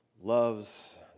loves